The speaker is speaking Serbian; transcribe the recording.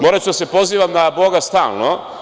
Moraću da se pozivam na Boga stalno.